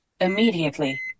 immediately